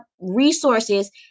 resources